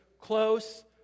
close